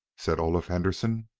said olaf henderson.